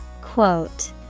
Quote